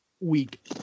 week